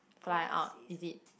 fly out is it